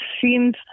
seems